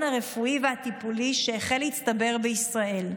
הרפואי והטיפולי שהחל להצטבר בישראל.